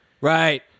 Right